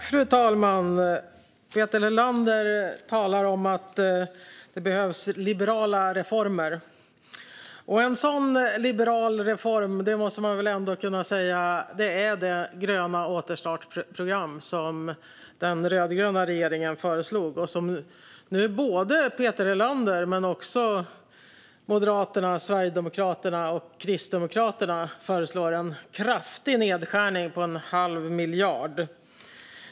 Fru talman! Peter Helander talar om att det behövs liberala reformer. En sådan liberal reform måste man ändå kunna säga att det gröna återstartsprogram som den rödgröna regeringen föreslog är. Men nu föreslår Peter Helander, men också Moderaterna, Sverigedemokraterna och Kristdemokraterna, en kraftig nedskärning på en halv miljard kronor.